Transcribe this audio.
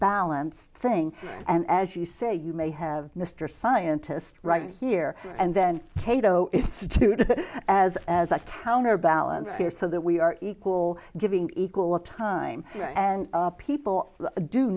balanced thing and as you say you may have mr scientist right here and then cato institute as as a counterbalance here so that we are equal giving equal time and people do